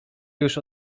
już